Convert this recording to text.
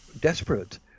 desperate